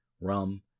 rum